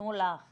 שיתנו לך